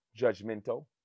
judgmental